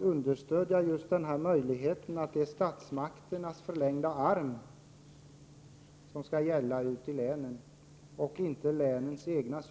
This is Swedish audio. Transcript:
understödjer möjligheten att det är statsmakternas förlängda arm som ska styra ute i länen, inte länen själva?